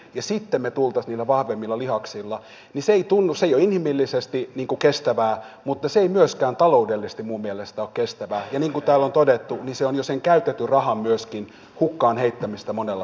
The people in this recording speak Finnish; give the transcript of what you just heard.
se että sitten me tulisimme niillä vahvemmilla lihaksilla ei ole inhimillisesti kestävää mutta se ei myöskään taloudellisesti minun mielestäni ole kestävää ja niin kuin täällä on todettu se on myöskin sen jo käytetyn rahan hukkaan heittämistä monella tavalla